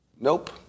nope